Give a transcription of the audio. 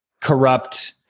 corrupt